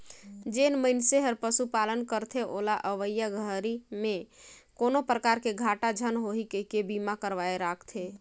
जेन मइनसे हर पशुपालन करथे ओला अवईया घरी में कोनो परकार के घाटा झन होही कहिके बीमा करवाये राखथें